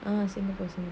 ah singapore